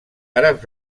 àrabs